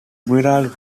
admiral